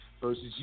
versus